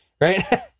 Right